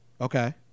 Okay